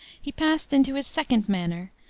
he passed into his second manner,